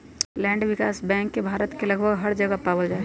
land विकास bank के भारत के लगभग हर जगह पावल जा हई